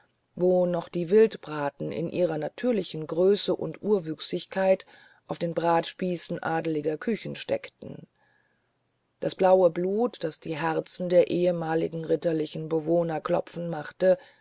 wo noch die wildbraten in ihrer natürlichen größe und urwüchsigkeit auf den bratspießen adeliger küchen steckten das blaue blut das die herzen der ehemaligen ritterlichen bewohner klopfen gemacht